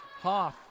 Hoff